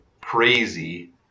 crazy